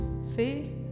See